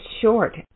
short